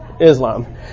Islam